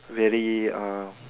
very ah